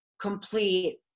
complete